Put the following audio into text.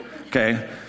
Okay